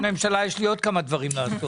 הממשלה יש לי עוד כמה דברים לעשות.